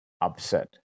upset